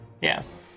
yes